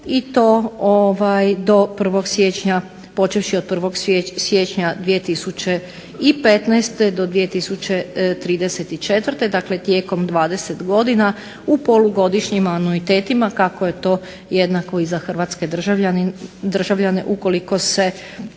i to počevši 1. siječnja 2015. do 2034., dakle tijekom 20 godina u polugodišnjim anuitetima kako je to jednako i za hrvatske državljane ukoliko se